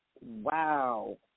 Wow